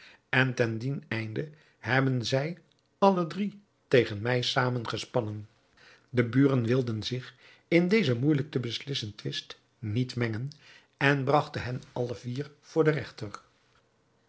en ten dien einde hebben zij alle drie tegen mij zamengespannen de buren wilden zich in dezen moeijelijk te beslissen twist niet mengen en bragten hen alle vier voor den regter